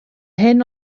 hyn